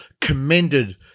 commended